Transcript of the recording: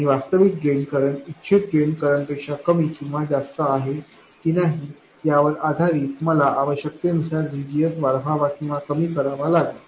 आणि वास्तविक drain current इच्छित ड्रेन करंटपेक्षा कमी किंवा जास्त आहे की नाही यावर आधारित मला आवश्यकतेनुसार VGSवाढवावा किंवा कमी करावा लागेल